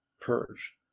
purge